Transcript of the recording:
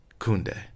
Kunde